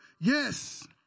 Yes